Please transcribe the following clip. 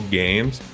games